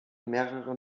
mehrere